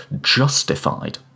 justified